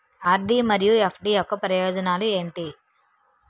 RD మరియు FD యొక్క ప్రయోజనాలు ఏంటి?